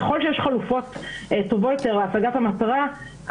ככל שיש חלופות טובות יותר להשגת המטרה,